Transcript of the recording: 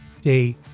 day